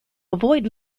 avoid